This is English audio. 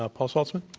ah paul saltzman.